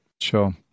Sure